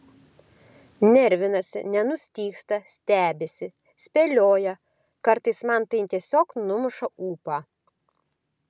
nervinasi nenustygsta stebisi spėlioja kartais man tai tiesiog numuša ūpą